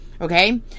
Okay